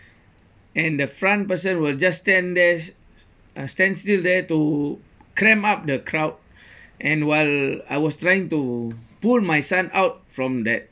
and the front person will just stand there uh stand still there to cramp up the crowd and while I was trying to pull my son out from that